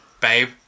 Babe